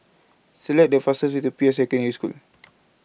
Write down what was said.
Select The fastest Way The Peirce Secondary School